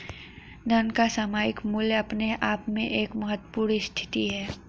धन का सामयिक मूल्य अपने आप में एक महत्वपूर्ण स्थिति है